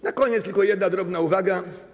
Na koniec tylko jedna drobna uwaga.